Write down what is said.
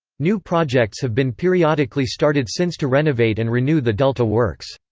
new projects have been periodically started since to renovate and renew the delta works.